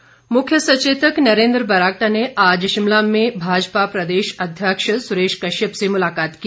बरागटा मुख्य सचेतक नरेन्द्र बरागटा ने आज शिमला में भाजपा प्रदेश अध्यक्ष सुरेश कश्यप से मुलाकात की